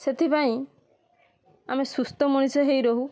ସେଥିପାଇଁ ଆମେ ସୁସ୍ଥ ମଣିଷ ହେଇ ରହୁ